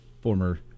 former